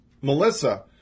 Melissa